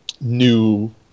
new